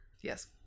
Yes